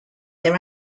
their